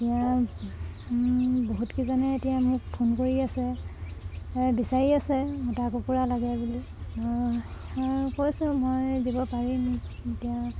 এতিয়া বহুতকেইজনে এতিয়া মোক ফোন কৰি আছে বিচাৰি আছে মতা কুকুৰা লাগে বুলি মই মই কৈছোঁ মই দিব পাৰিম এতিয়া